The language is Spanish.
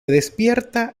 despierta